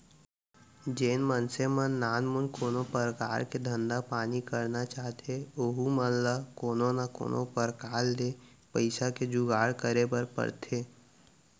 जेन मनसे मन नानमुन कोनो परकार के धंधा पानी करना चाहथें ओहू मन ल कोनो न कोनो प्रकार ले पइसा के जुगाड़ करे बर परथे